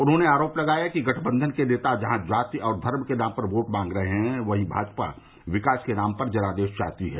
उन्होंने आरोप लगाया कि गठबंधन के नेता जहां जाति और धर्म के नाम पर वोट मांग रहे हैं वहीं भाजपा विकास के नाम पर जनादेश चाहती है